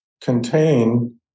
contain